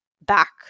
back